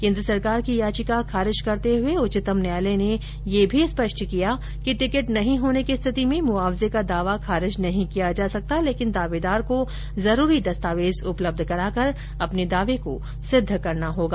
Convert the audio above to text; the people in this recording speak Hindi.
केन्द्र सरकार की याचिका खारिज करते हुए उच्चतम न्यायालय ने यह भी स्पष्ट किया कि टिकट नहीं होने की स्थिति में मुआवजे का दावा खारिज नहीं किया जा सकता लेकिन दावेदार को जरूरी दस्तावेज उपलब्ध कराकर अपने दावे को सिद्ध करना होगा